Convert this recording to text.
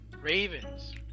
Ravens